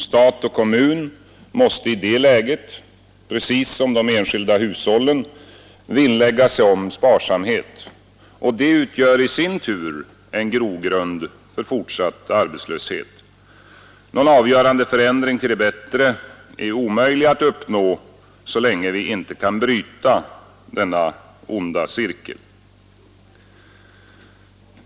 Stat och kommun måste i det läget, precis som de enskilda hushållen, vinnlägga sig om sparsamhet. Det utgör i sin tur en grogrund för fortsatt uppnå, så länge vi inte kan bryta denna onda cirkel.